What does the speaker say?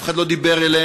אף אחד לא דיבר אליהם,